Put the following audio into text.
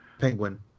penguin